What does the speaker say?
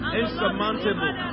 insurmountable